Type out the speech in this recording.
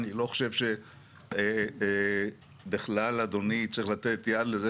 אני לא חושב שבכלל אדוני צריך לתת יד לזה